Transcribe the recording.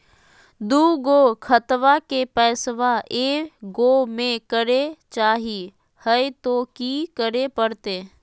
दू गो खतवा के पैसवा ए गो मे करे चाही हय तो कि करे परते?